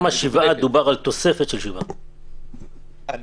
גם ה-7, מדובר על תוספת של 7. אני